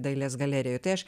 dailės galerijoje tai aš